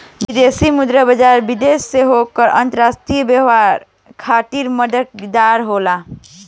विदेशी मुद्रा बाजार, विदेश से होखे वाला अंतरराष्ट्रीय व्यापार खातिर मददगार होला